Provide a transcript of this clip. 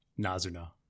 Nazuna